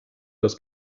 das